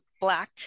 black